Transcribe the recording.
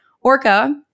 Orca